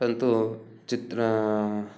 परन्तु चित्रं